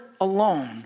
alone